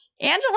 Angela